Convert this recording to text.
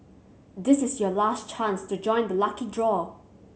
this is your last chance to join the lucky draw